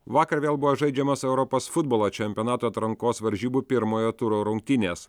vakar vėl buvo žaidžiamos europos futbolo čempionato atrankos varžybų pirmojo turo rungtynės